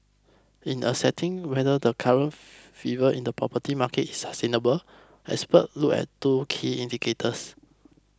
in assessing whether the current fever in the property market is sustainable experts look at two key indicators